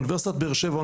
אונ' באר שבע,